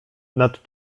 nad